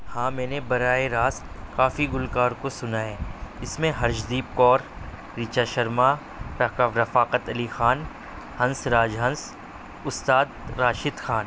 ہاں میں نے براہِ راست کافی گلوکار کو سُنا ہے اِس میں ہرجدیپ کور ریچا شرما رقب رفاقت علی خان ہنس راج ہنس اُستاد راشد خان